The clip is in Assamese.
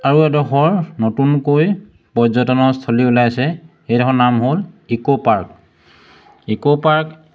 আৰু এডোখৰ নতুনকৈ পৰ্যটনৰস্থলী ওলাইছে সেইডোখৰ নাম হ'ল ইক' পাৰ্ক ইক' পাৰ্ক